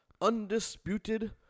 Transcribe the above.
undisputed